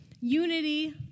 unity